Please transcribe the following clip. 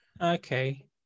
Okay